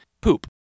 Poop